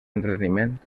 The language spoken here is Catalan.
entreteniment